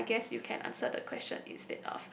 so I guess you can answer the question